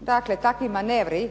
Dakle, takvi manevri